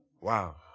Wow